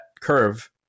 curve